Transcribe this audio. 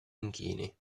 inchini